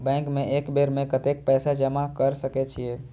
Bank में एक बेर में कतेक पैसा जमा कर सके छीये?